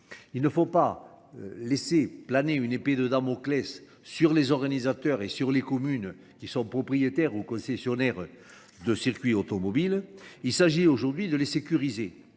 Il ne faut pas laisser planer une épée de dame aux clés sur les organisateurs et sur les communes qui sont propriétaires ou concessionnaires de circuits automobiles. Il s'agit aujourd'hui de les sécuriser.